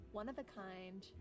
one-of-a-kind